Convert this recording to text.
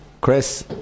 Chris